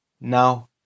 Now